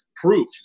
proof